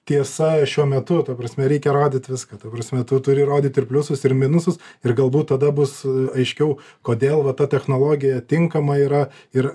tiesa šiuo metu ta prasme reikia rodyt viską ta prasme tu turi rodyt ir pliusus ir minusus ir galbūt tada bus aiškiau kodėl va ta technologija tinkama yra ir